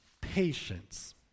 Patience